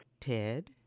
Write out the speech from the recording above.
Ted